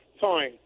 Fine